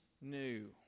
new